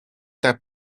tak